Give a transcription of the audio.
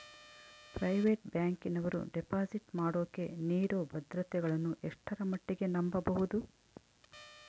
Private ಬ್ಯಾಂಕಿನವರು deposit ಮಾಡೋಕೆ ನೇಡೋ ಭದ್ರತೆಗಳನ್ನು ಎಷ್ಟರ ಮಟ್ಟಿಗೆ ನಂಬಬಹುದು?